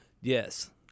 Yes